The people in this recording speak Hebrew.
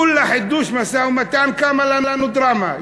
כולה חידוש משא-ומתן, קמה לנו דרמה.